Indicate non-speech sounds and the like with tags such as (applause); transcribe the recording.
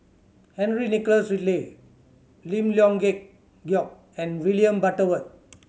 Henry Nicholas Ridley Lim Leong (unintelligible) Geok and William Butterworth